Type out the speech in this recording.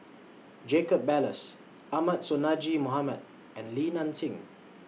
Jacob Ballas Ahmad Sonhadji Mohamad and Li Nanxing